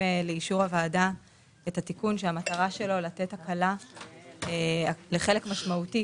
לאישור הוועדה תיקון שהמטרה שלו לתת הקלה לחלק משמעותי